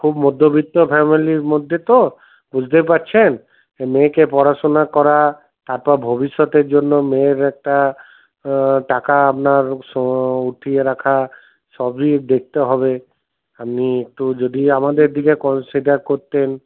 খুব মধ্যবিত্ত ফ্যামিলির মধ্যে তো বুঝতেই পারছেন মেয়েকে পড়াশোনা করা তারপর ভবিষ্যতের জন্য মেয়ের একটা টাকা আপনার উঠিয়ে রাখা সবই দেখতে হবে আপনি একটু যদি আমাদের দিকে কন্সিডার করতেন